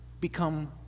become